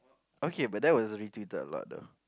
okay but that was really tilted a lot though